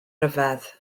ryfedd